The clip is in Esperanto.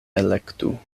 elektu